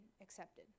accepted